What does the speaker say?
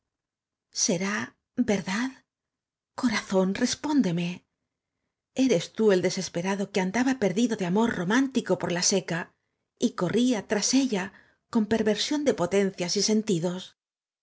e e r e s tú el desesperado q u e andaba perdido de a m o r romántico por la s e c a y corría tras ella c o n perversión de potencias y sentidos